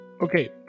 Okay